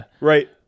Right